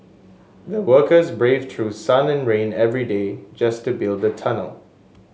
the workers braved through sun and rain every day just to build the tunnel